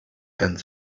and